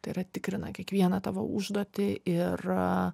tai yra tikrina kiekvieną tavo užduotį ir